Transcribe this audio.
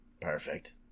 Perfect